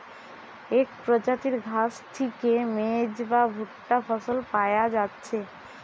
এক প্রজাতির ঘাস থিকে মেজ বা ভুট্টা ফসল পায়া যাচ্ছে